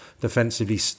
defensively